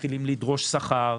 אנשים מתחילים לדרוש שכר,